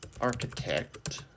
architect